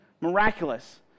miraculous